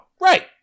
right